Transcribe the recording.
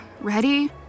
Ready